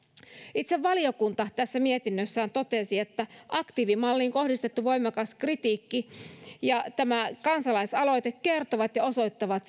itse valiokunta tässä mietinnössään totesi että aktiivimalliin kohdistettu voimakas kritiikki ja tämä kansalaisaloite kertovat ja osoittavat